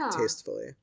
tastefully